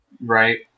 Right